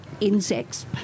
insects